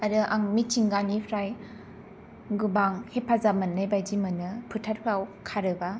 आरो आं मिथिंगानिफ्राय गोबां हेफाजाब मोननाय बायदि मोनो फोथारफ्राव खारोब्ला